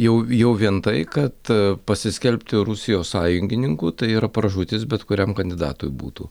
jau jau vien tai kad pasiskelbti rusijos sąjungininku tai yra pražūtis bet kuriam kandidatui būtų